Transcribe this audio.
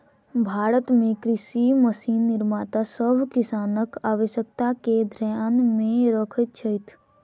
भारत मे कृषि मशीन निर्माता सभ किसानक आवश्यकता के ध्यान मे रखैत छथि